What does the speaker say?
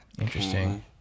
Interesting